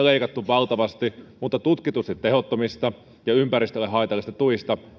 leikattu valtavasti mutta tutkitusti tehottomista ja ympäristölle haitallisista tuista ei